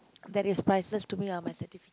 that is priceless to me are my certifi~